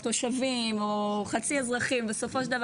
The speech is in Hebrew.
או תושבים או חצי אזרחים בסופו של דבר